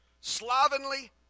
slovenly